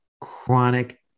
chronic